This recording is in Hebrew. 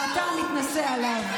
ואתה מתנשא עליו.